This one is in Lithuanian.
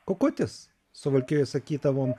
kukutis suvalkijoj sakydavom